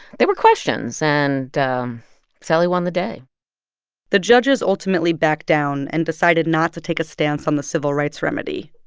there were questions, and sally won the day the judges ultimately backed down and decided not to take a stance on the civil rights remedy.